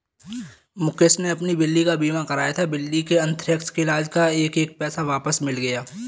मुकेश ने अपनी बिल्ली का बीमा कराया था, बिल्ली के अन्थ्रेक्स के इलाज़ का एक एक पैसा वापस मिल गया